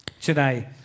today